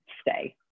stay